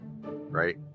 right